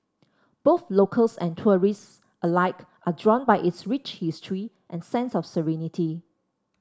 both locals and tourists alike are drawn by its rich history and sense of serenity